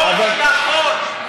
לא נכון.